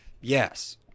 Yes